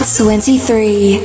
twenty-three